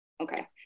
okay